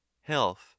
health